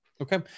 Okay